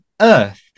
earth